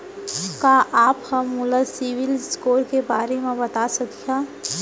का आप हा मोला सिविल स्कोर के बारे मा बता सकिहा?